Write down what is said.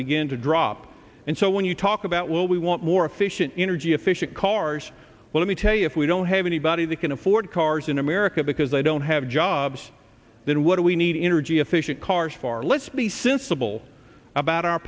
begin to drop and so when you talk about well we want more efficient energy efficient cars let me tell you if we don't have anybody that can afford cars in america because they don't have jobs then what do we need energy efficient cars for let's be sensible about our